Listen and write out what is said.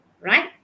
right